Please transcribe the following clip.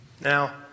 Now